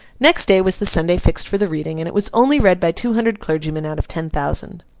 next day was the sunday fixed for the reading, and it was only read by two hundred clergymen out of ten thousand.